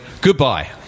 goodbye